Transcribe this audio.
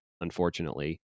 unfortunately